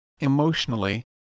emotionally